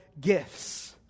gifts